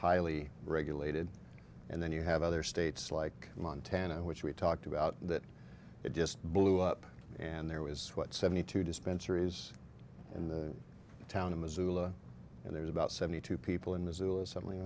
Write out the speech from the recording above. highly regulated and then you have other states like montana which we talked about that it just blew up and there was what seventy two dispensary is in the town in missoula and there's about seventy two people in the zoo and suddenly